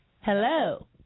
Hello